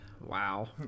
Wow